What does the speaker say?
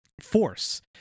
force